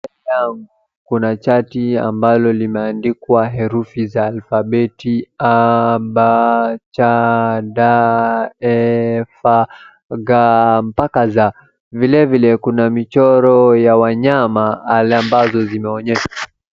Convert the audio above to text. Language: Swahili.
Mbele yangu kuna charti ambalo limeandikwa herufi za alphabaet a, b, c, d, e, f, g, mpaka z. Vilevile kuna michoro ya wanyama hali ambazo zimeonyesha.